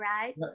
right